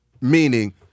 Meaning